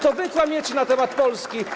To wy kłamiecie na temat Polski.